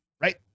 Right